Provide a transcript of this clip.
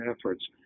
efforts